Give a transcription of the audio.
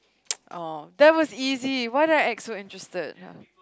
oh that was easy why do I act so interesting ah